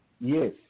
Yes